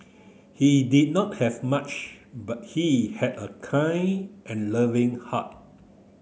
he did not have much but he had a kind and loving heart